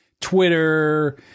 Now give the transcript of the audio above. Twitter